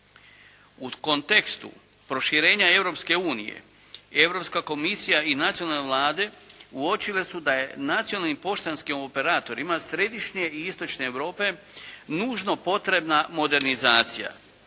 U kontekstu proširenja Europske unije, Europska komisija i nacionalne vlade uočile su da je nacionalnim poštanskim operatorima Središnje i istočne Europe nužno potrebna modernizacija